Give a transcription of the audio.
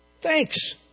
Thanks